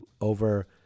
over